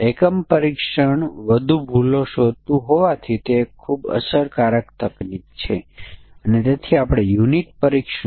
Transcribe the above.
બંને બાઉન્ડ્રી પર ત્રણ વેરીએબલ છે જેથી તે 6 બને અને દરેક સીમા માટે આપણને 6 ની જરૂર છે